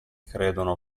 credono